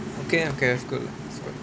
okay okay that's good that's good